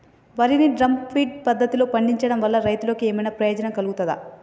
వరి ని drum feed పద్ధతిలో పండించడం వల్ల రైతులకు ఏమన్నా ప్రయోజనం కలుగుతదా?